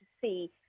see